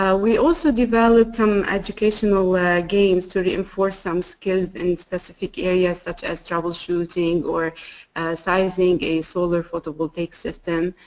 yeah we also developed some educational ah games to reinforce some skills in specific areas such as troubleshooting or sizing a solar photovoltaic system.